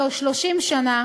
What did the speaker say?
כבר 30 שנה,